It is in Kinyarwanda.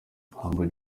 humble